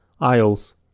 aisles